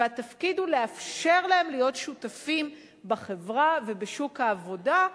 והתפקיד הוא לאפשר להם להיות שותפים בחברה ובשוק העבודה,